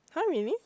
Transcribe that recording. [huh] really